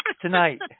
tonight